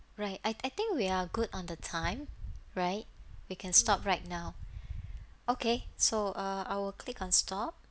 right I I think we are good on the time right we can stop right now okay so uh I will click on stop